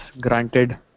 granted